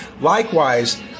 Likewise